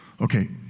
Okay